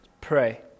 pray